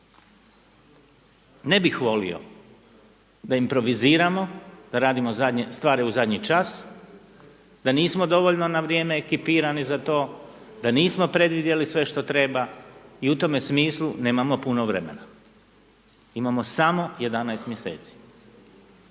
Ne bih volio da improviziramo, da radimo stvari u zadnji čas, da nismo dovoljno na vrijeme ekipirani za to, da nismo predvidjeli sve što treba i u tome smislu nemamo puno vremena, imamo samo 11 mjeseci.